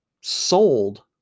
sold